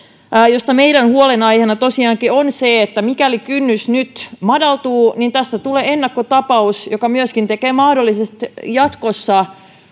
josta meidän huolenaiheenamme tosiaankin on se että mikäli kynnys nyt madaltuu niin tästä tulee ennakkotapaus joka myöskin tekee mahdolliseksi jatkossa